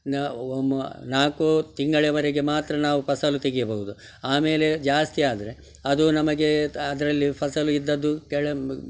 ನಾ ನಾಲ್ಕು ತಿಂಗಳವರೆಗೆ ಮಾತ್ರ ನಾವು ಫಸಲು ತೆಗೆಯಬಹುದು ಆಮೇಲೆ ಜಾಸ್ತಿ ಆದರೆ ಅದೂ ನಮಗೆ ಅದರಲ್ಲಿ ಫಸಲು ಇದ್ದದ್ದು ಕೆಳ